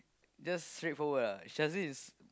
just straightforward ah Shazlin is